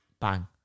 bang